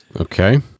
Okay